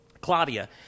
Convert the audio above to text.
Claudia